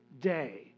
day